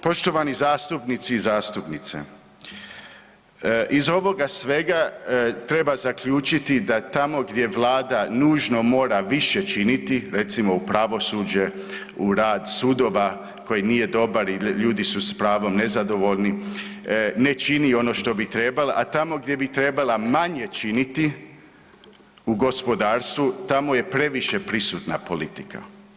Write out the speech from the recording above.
Poštovani zastupnici i zastupnice, iz ovoga svega treba zaključiti da tamo gdje vlada nužno mora više činiti, recimo u pravosuđe, u rad sudova koji nije dobar i ljudi su s pravom nezadovoljni, ne čini ono što bi trebala, a tamo gdje bi trebala manje činiti u gospodarstvu, tamo je previše prisutna politika.